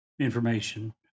information